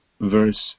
verse